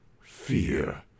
Fear